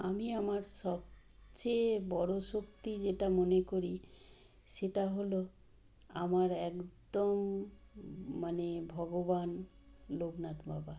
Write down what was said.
আমি আমার সবচেয়ে বড়ো শক্তি যেটা মনে করি সেটা হলো আমার একদম মানে ভগবান লোকনাথ বাবা